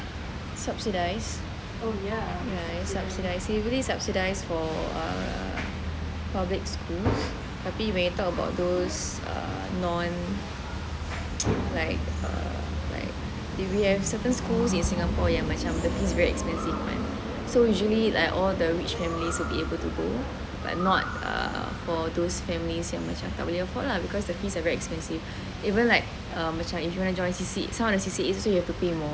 subsidised subsidised heavily subsidised for public schools tapi when you talk about those non like err like we have certain schools in singapore yang macam the fees very expensive kan so usually like all the rich families will be able to go but not err for those families yang macam tak boleh afford lah because the fees are very expensive even like um macam if you want to join some of the C_C_A you have to pay more